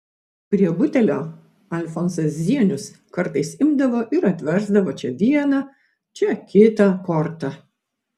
prie butelio alfonsas zienius kartais imdavo ir atversdavo čia vieną čia kitą kortą